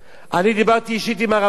אני דיברתי אישית עם הרמטכ"ל,